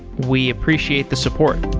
we appreciate the support